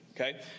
okay